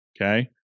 Okay